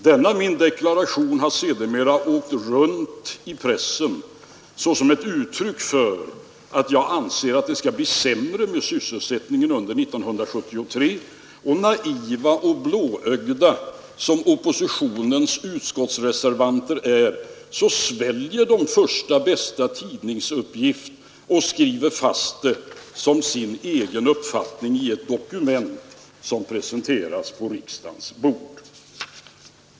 Denna min deklaration har sedan åkt runt i pressen såsom ett uttryck för att jag anser att det skall bli sämre med sysselsättningen under 1973. Naiva och blåögda som oppositionens reservanter i utskottet är, sväljer de första bästa tidningsuppgift och skriver fast den som sin egen uppfattning i ett dokument som presenteras på riksdagens bord!